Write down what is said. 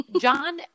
John